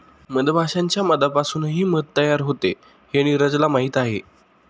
मधमाश्यांच्या मधापासूनही मध तयार होते हे नीरजला माहीत आहे